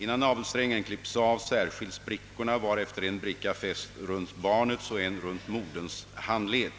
Innan navelsträngen klipps av särskils brickorna, varefter en bricka fästs runt barnets och en runt moderns handled.